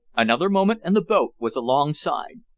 another moment and the boat was alongside.